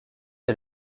est